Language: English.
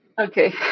Okay